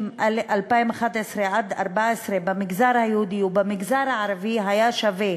2011 2014 במגזר היהודי ובמגזר הערבי היה שווה: